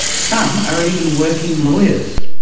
some are even working lawyers.